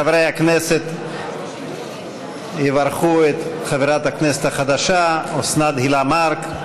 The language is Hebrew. חברי הכנסת יברכו את חברת הכנסת החדשה אוסנת הילה מארק,